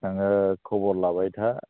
नोङो खबर लाबाय था